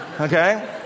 Okay